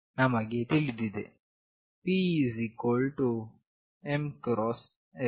ನಮಗೆ ತಿಳಿದಿದೆ P m x f